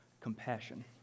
compassion